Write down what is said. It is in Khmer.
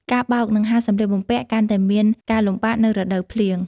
ការបោក និងហាលសម្លៀកបំពាក់ កាន់តែមានការលំបាកនៅរដូវភ្លៀង។